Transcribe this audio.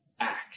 act